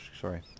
sorry